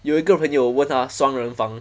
有一个朋友问他双人房